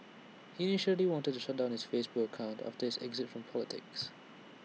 he initially wanted to shut down his Facebook accounts after his exit from politics